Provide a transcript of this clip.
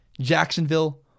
Jacksonville